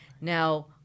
now